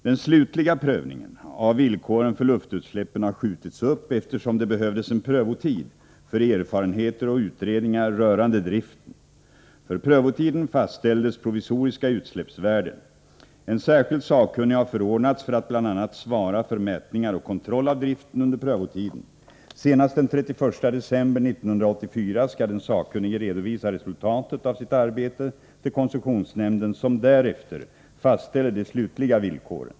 Den slutliga prövningen av villkoren för luftutsläppen har skjutits upp, eftersom det behövdes en prövotid för erfarenheter och utredningar rörande driften. För prövotiden fastställdes provisoriska utsläppsvärden. En särskild sakkunnig har förordnats för att bl.a. svara för mätningar och kontroll av driften under prövotiden. Senast den 31 december 1984 skall den sakkunnige redovisa resultatet av sitt arbete till koncessionsnämnden, som därefter fastställer de slutliga villkoren.